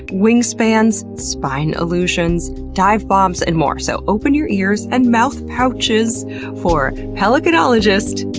wingspans, spine illusions, divebombs, and more. so, open your ears and mouth pouches for pelicanologist,